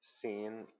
seen